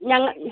ഞങ്ങൾ